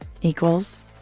equals